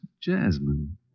jasmine